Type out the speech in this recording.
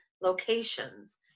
locations